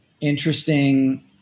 interesting